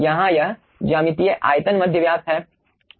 यहाँ यह ज्यामितीय आयतन माध्य व्यास है